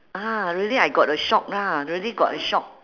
ah really I got a shock lah really got a shock